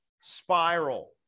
spiral